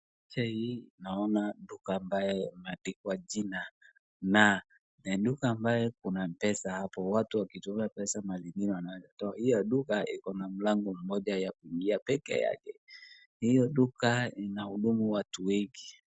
Picha hii naona duka ambayo imeandikwa jina, na duka ambayo kuna mpesa hapo ,watu wakituma pesa na wengine wakitoa. Hiyo duka iko na mlango mmoja wa kuingia peke yake na hiyo duka inahudumu watu wengi.